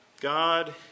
God